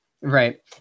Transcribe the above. Right